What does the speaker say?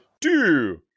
two